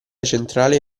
centrale